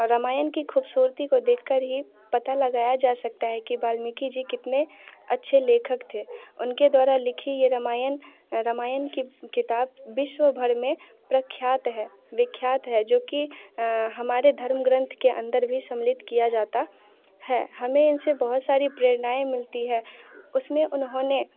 रामायण की खूबसूरती को देखकर ही पता लगाया जा सकता है कि वाल्मीकि जी कितने अच्छे लेखक थे उनके द्वारा लिखी ये रामायण रामायण की किताब विश्वभर में प्रख्यात है विख्यात है जो कि हमारे धर्म ग्रंथ के अन्दर भी सम्मलित किया जाता है हमें इनसे बहुत सारी प्रेरणाएं मिलती है उसमें उन्होंने